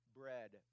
bread